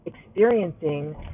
experiencing